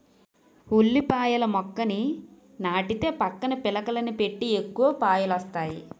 ఉల్లిపాయల మొక్కని నాటితే పక్కన పిలకలని పెట్టి ఎక్కువ పాయలొస్తాయి